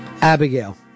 Abigail